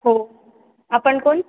हो आपण कोण